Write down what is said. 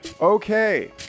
Okay